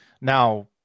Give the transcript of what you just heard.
Now